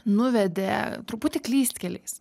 nuvedė truputį klystkeliais